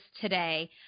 today